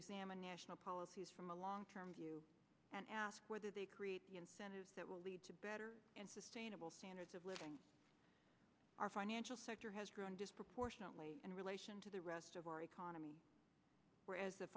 examine national policies from a long term view and ask whether they create incentives that will lead to better and sustainable standards of living our financial sector has grown disproportionately in relation to the rest of our economy whereas the